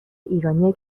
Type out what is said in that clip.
ایرانی